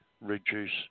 reduce